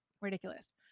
Ridiculous